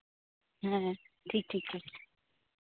ᱦᱮᱸ ᱴᱷᱤᱠ ᱴᱷᱤᱠ ᱴᱷᱤᱠ